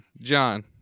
John